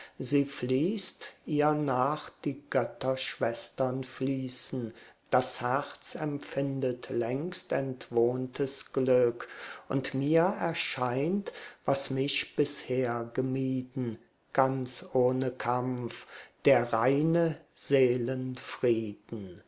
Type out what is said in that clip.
sie fließt ihr nach die götterschwestern fließen das herz empfindet längst entwohntes glück und mir erscheint was mich bisher gemieden ganz ohne kampf der reine